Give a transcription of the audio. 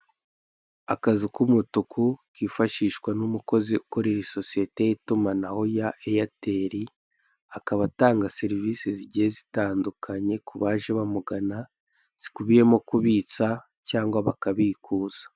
Akazu k'umutuku, kifashishwa n'umukozi ukorera isosiyete y'itumanaho ya Airtel, akaba atanga serivise zigiye zitandukanye kubaje bamugana, zikubiyemo kubitsa cyangwa bakabikuza.